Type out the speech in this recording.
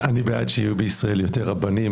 אני בעד שיהיו בישראל יותר רבנים,